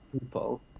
people